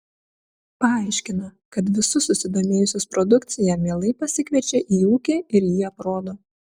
paaiškina kad visus susidomėjusius produkcija mielai pasikviečia į ūkį ir jį aprodo